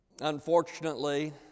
Unfortunately